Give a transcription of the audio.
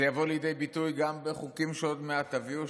זה יבוא לידי ביטוי גם בחוקים שעוד מעט תביאו,